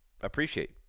appreciate